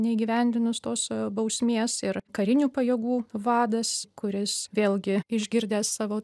neįgyvendinus tos bausmės ir karinių pajėgų vadas kuris vėlgi išgirdęs savo